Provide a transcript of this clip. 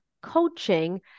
coaching